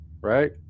right